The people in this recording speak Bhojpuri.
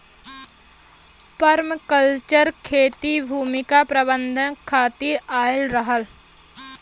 पर्माकल्चर खेती भूमि प्रबंधन खातिर आयल रहल